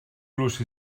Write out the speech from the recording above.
los